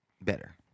better